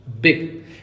big